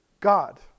God